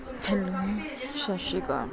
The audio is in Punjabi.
ਹੈਲੋ ਸਤਿ ਸ਼੍ਰੀ ਅਕਾਲ